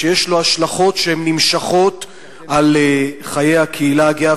שיש לו השלכות שנמשכות על חיי הקהילה הגאה,